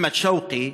אחמד שַווּקִי,